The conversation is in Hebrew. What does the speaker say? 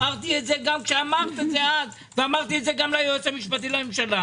אמרתי את זה גם כשאמרת את זה אז ואמרתי את זה גם ליועץ המשפטי לממשלה.